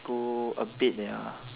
school a bit ya